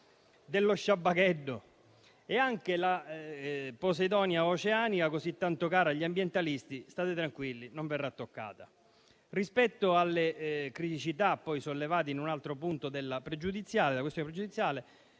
dello sciabbacheddu. Anche la posidonia oceanica, così tanto cara agli ambientalisti, state tranquilli, non verrà toccata. Rispetto alle criticità rilevate in un altro punto della questione pregiudiziale,